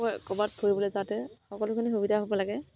ক'ৰবাত ফুৰিবলৈ যাওঁতে সকলোখিনি সুবিধা হ'ব লাগে